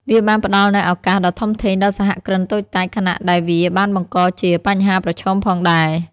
វាបានផ្តល់នូវឱកាសដ៏ធំធេងដល់សហគ្រិនតូចតាច ខណៈដែលវាបានបង្កជាបញ្ហាប្រឈមផងដែរ។